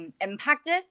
impacted